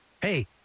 Hey